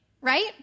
right